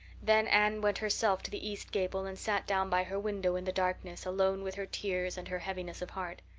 then anne went herself to the east gable and sat down by her window in the darkness alone with her tears and her heaviness of heart.